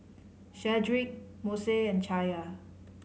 Shedrick Mose and Chaya